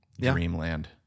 Dreamland